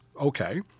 Okay